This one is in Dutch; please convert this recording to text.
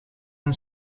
een